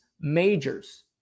majors